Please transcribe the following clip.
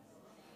אם כן,